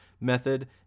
method